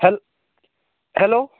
हॅल् hello